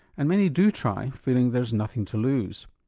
and many do try, feeling there's nothing to lose.